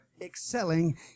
excelling